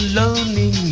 lonely